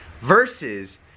versus